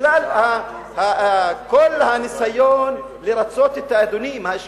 בגלל כל הניסיון לרצות את האדונים, האשכנזים,